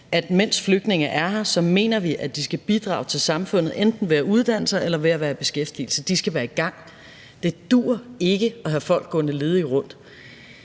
at mens flygtninge er her, så skal de bidrage til samfundet enten ved at uddanne sig eller ved at være i beskæftigelse; de skal være i gang. Det duer ikke at have folk gående ledige rundt.